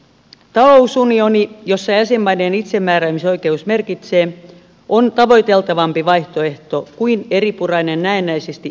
talousunioni jossa jäsenmaiden itsemääräämisoikeus merkitsee on tavoiteltavampi vaihtoehto kuin eripurainen näennäisesti yhtenäinen liittovaltio